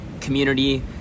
community